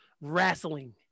wrestling